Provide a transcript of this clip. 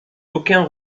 aucun